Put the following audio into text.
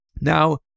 Now